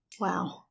Wow